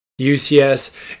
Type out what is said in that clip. UCS